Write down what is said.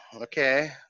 Okay